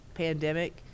pandemic